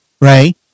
Ray